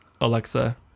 Alexa